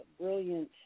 brilliant